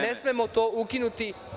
Ne smemo to ukinuti.